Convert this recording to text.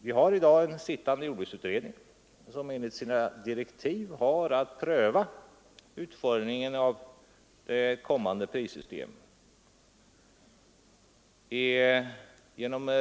Vi har i dag en jordbruksutredning som arbetar och som enligt sina direktiv skall pröva utformningen av ett kommande prissystem.